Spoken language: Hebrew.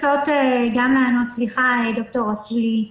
סליחה ד"ר רסולי,